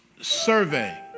survey